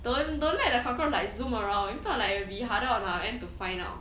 don't don't let the cockroach like zoom around if not like it will be harder on our end to find out